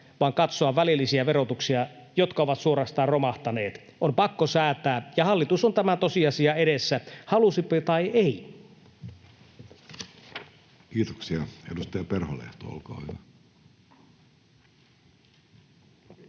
vaan katsoa välillisiä verotuksia, jotka ovat suorastaan romahtaneet. On pakko säätää. Ja hallitus on tämän tosiasian edessä, halusipa tai ei. [Speech 184] Speaker: Jussi Halla-aho